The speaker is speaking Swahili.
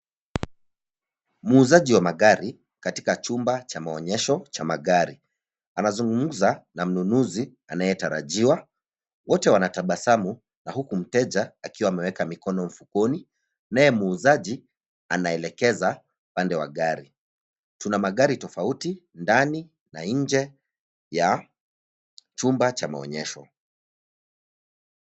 Muuzaji wa magari katika chumba cha maonyesho cha magari, anazungumza na mnunuzi anayetarajiwa. Wote wanatabasamu na huku mteja akiwa ameweka mfukoni, naye muuzaji anaekeleza upande wa gari. Tuna magari tofauti ndani na nje ya chumba cha maonyesho.